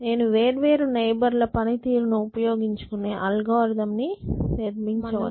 నేను వేర్వేరు నైబర్ ల పనితీరును ఉపయోగించుకునే అల్గారిథమ్ ను నిర్మించవచ్చా